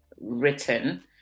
written